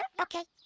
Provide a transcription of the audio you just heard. but okay.